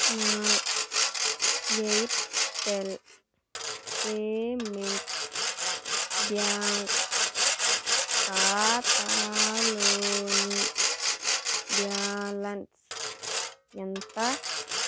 నా Airtel payments bank ఖాతాలోని balance ఎంత